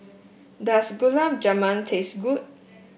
does Gulab Jamun taste good